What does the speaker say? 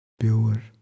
pure